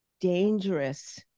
dangerous